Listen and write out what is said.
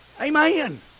Amen